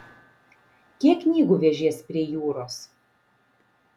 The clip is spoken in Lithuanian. kiek knygų vežies prie jūros